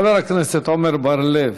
חבר הכנסת עמר בר-לב,